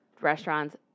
restaurants